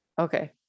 Okay